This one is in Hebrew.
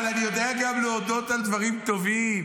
אבל אני יודע גם להודות על דברים טובים.